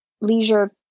leisure